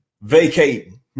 vacating